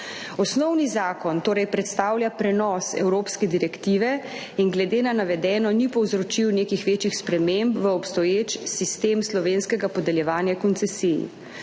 Osnovni zakon torej predstavlja prenos evropske direktive in glede na navedeno ni povzročil nekih večjih sprememb v obstoječem sistemu slovenskega podeljevanja koncesij.